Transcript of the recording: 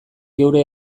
geure